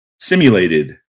Simulated